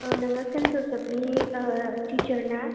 औ नोङो सेन ज'सेबनि थिसार ना